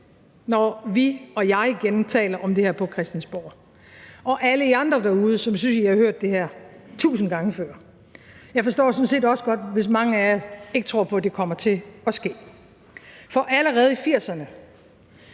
når vi og jeg igen taler om det her på Christiansborg – og alle jer andre derude, som synes, at I har hørt det tusind gange før. Jeg forstår sådan set også godt, hvis mange af jer ikke tror på, at det kommer til at ske. For allerede i 80'erne